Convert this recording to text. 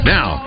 Now